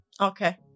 Okay